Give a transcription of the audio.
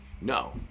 No